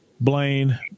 Blaine